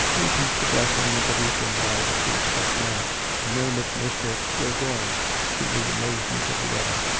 repeat the blessing of the deacon by the priest at mass, murmured mr. bourgoign to the amazement of the other,